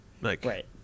Right